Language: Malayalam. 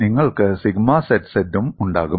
നിങ്ങൾക്ക് സിഗ്മ zz ഉം ഉണ്ടാകും